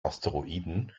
asteroiden